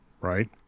right